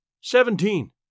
Seventeen